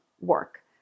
work